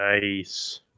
nice